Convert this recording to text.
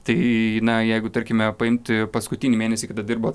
tai na jeigu tarkime paimti paskutinį mėnesį kada dirbot